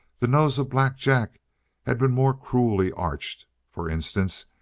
the nose of black jack had been more cruelly arched, for instance,